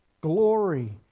glory